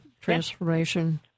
transformation